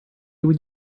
would